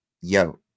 yo